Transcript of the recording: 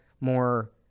more